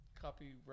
copyright